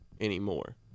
anymore